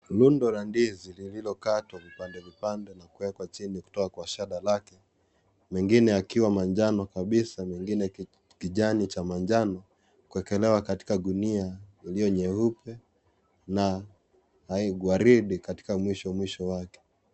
Rundo la ndizi lilikatwa vipande vipande na kuwekwa chini kutoka kwa shada lake, mengine yakiwa manjano kabisa mengine kijani cha manjano kuekelewa katika gunia iliyo nyeupe na gwaride katika mwishomwisho wake.